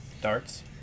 darts